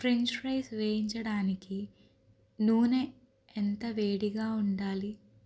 French fries వేయించడానికి నూనె ఎంత వేడిగా ఉండాలి